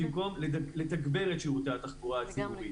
במקום לתגבר את שירותי התחבורה הציבורית,